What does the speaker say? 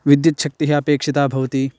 विद्युच्छक्तिः अपेक्षिता भवति